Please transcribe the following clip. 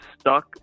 stuck